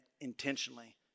intentionally